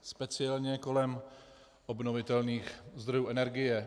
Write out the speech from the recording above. Speciálně kolem obnovitelných zdrojů energie.